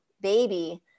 baby